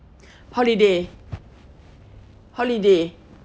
holiday holiday